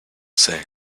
say